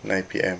nine P_M